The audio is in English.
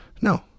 No